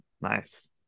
Nice